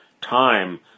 time